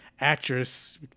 actress